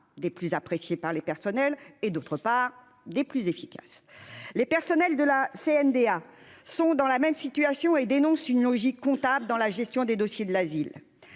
des plus appréciés par les personnels et d'autre part des plus efficaces, les personnels de la CNDA sont dans la même situation et dénonce une logique comptable dans la gestion des dossiers de la ville,